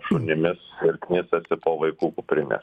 šunimis ir knisasi po vaikų kuprines